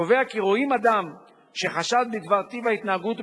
קובע כי "רואים אדם שחשד בדבר טיב ההתנהגות או